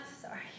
sorry